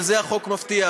ואת זה החוק מבטיח.